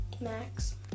Max